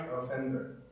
offender